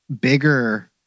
bigger